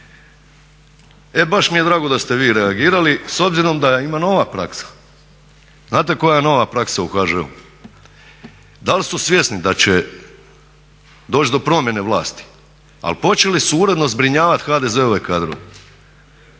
E baš mi je drago da ste vi reagirali s obzirom da ima nova praksa. Znate koja je nova praksa u HŽ-u? Dal su svjesni da će doći do promjene vlasti, ali počeli su uredno zbrinjavati HDZ-ove kadrove.